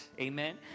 Amen